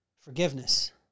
forgiveness